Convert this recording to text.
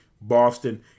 Boston